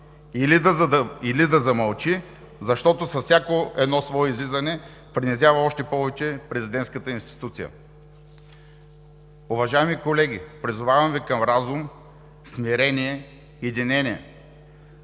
или да замълчи, защото с всяко едно свое излизане принизява още повече президентската институция. Уважаеми колеги, призовавам Ви към разум, смирение, единение,